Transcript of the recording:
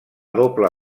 doble